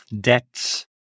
debts